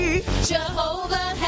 Jehovah